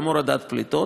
גם הורדת הפליטות,